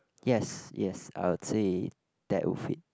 yes yes I would say that would fit